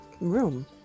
room